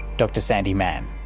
dr sandi mann.